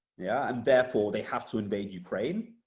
yeah and therefore they have to invade ukraine,